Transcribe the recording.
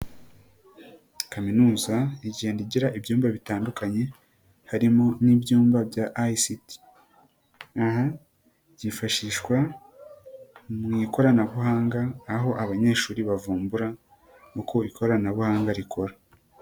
Kaminuza igenda igira ibyumba bitandukanye, harimo n'ibyumba bya ICT, aha byifashishwa mu ikoranabuhanga aho abanyeshuri bavumbura uko ikoranabuhanga rikora.